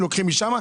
לוקחים משם.